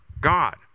God